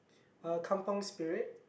uh Kampung Spirit